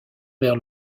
vers